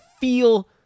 feel